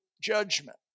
judgment